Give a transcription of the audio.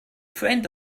friend